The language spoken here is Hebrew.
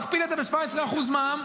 תכפיל את זה ב-17% מע"מ,